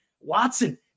Watson